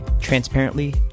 transparently